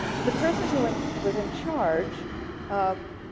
but the president who and was in charge of